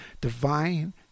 divine